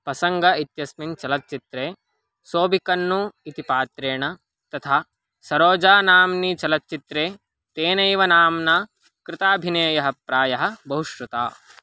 पसङ्ग इत्यस्मिन् चलच्चित्रे सोबिकन्नु इति पात्रेण तथा सरोजा नाम्नि चलच्चित्रे तेनैव नाम्ना कृताभिनेय प्रायः बहुश्रुता